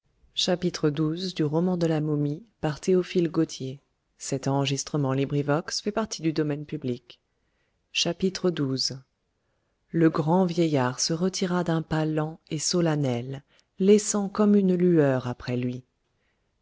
toujours le grand vieillard se retira d'un pas lent et solennel faisant comme une lueur après lui